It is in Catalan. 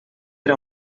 era